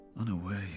Unaware